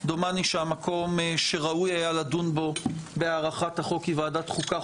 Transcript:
דומני שהמקום שראוי היה לדון בהארכת החוק היה ועדת חוקה,